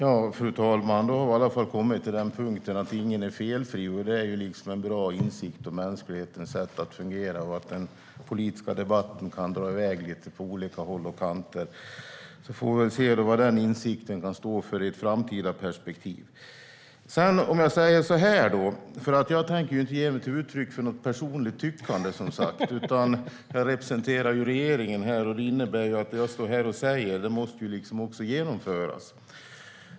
Fru talman! Då har vi i alla fall kommit till den punkten att ingen är felfri, och det är ju en bra insikt om mänsklighetens sätt att fungera. Den politiska debatten kan dra iväg lite på olika håll och kanter. Vi får väl se vad den insikten kan stå för i ett framtida perspektiv. Jag tänker som sagt var inte ge uttryck för något personligt tyckande, för här representerar jag regeringen, vilket innebär att det jag står här och säger, det måste också genomföras.